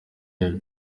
hey